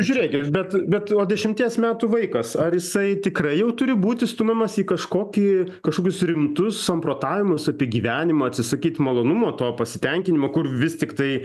žiūrėkit bet bet va dešimties metų vaikas ar jisai tikrai jau turi būti stumiamas į kažkokį kažkokius rimtus samprotavimus apie gyvenimą atsisakyti malonumo to pasitenkinimo kur vis tiktai